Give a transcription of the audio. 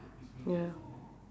ya